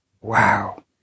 Wow